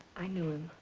i knew him.